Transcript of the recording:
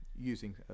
using